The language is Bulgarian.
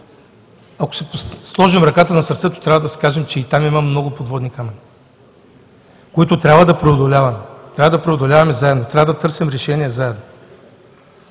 ако си сложим ръката на сърцето, трябва да си кажем, че и там има много подводни камъни, които трябва да преодоляваме – трябва да преодоляваме заедно, трябва да търсим решение заедно.